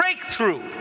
breakthrough